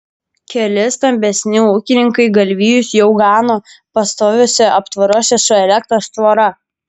keli stambesni ūkininkai galvijus jau gano pastoviuose aptvaruose su elektros tvora